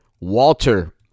Walter